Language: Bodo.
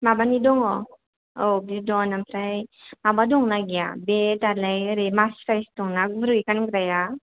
माबानि दङ औ बिदन ओमफ्राय माबा दंना गैया बे दालाइ ओरै मास्राइस दंना गुरै गानग्राया